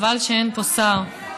חבל שאין פה שר.